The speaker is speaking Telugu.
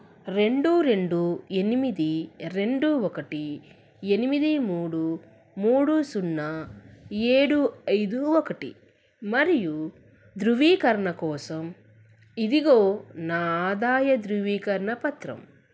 రెండు రెండు ఎనిమిది రెండు ఒకటి ఎనిమిది మూడు మూడు సున్నా ఏడు ఐదు ఒకటి మరియు ధ్రువీకరణ కోసం ఇదిగో నా ఆదాయ ధ్రువీకరణ పత్రం